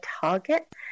target